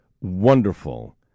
wonderful